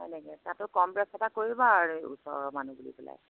হয় নেকি তাতো কম বেছ এটা কৰিবা আৰু ওচৰৰ মানুহ বুলি পেলাই